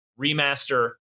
remaster